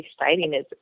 exciting—is